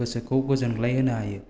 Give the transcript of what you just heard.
गोसोखौ गोजोनग्लाय होनो हायो